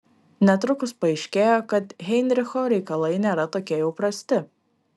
netrukus paaiškėjo kad heinricho reikalai nėra tokie jau prasti